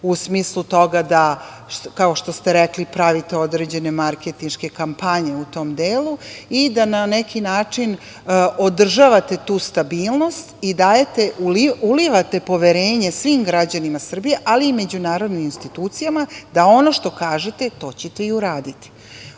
u smislu toga da kao što ste rekli pravite određene marketinške kampanje u tom delu i da na neki način održavate tu stabilnost i ulivate poverenje svim građanima Srbije, ali i međunarodnim institucijama da ono što kažete to ćete i uraditi. Ovo